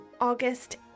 August